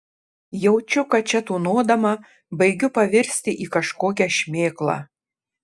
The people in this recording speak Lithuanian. jaučiu kad čia tūnodama baigiu pavirsti į kažkokią šmėklą